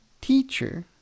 teacher